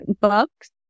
books